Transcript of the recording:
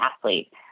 athlete